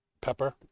pepper